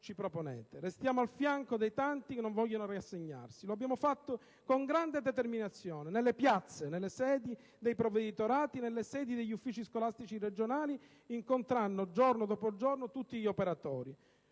ci proponete; restiamo al fianco dei tanti che non vogliono rassegnarsi. Lo abbiamo fatto con grande determinazione nelle piazze, nelle sedi dei provveditorati, nelle sedi degli uffici scolastici regionali, incontrando giorno dopo giorno tutti gli operatori.